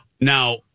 now